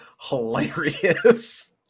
hilarious